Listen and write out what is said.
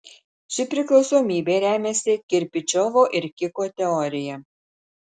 ši priklausomybė remiasi kirpičiovo ir kiko teorija